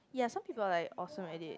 ya some people are like awesome at it